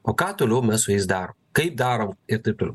o ką toliau mes su jais darom kaip darom ir taip toliau